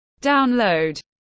download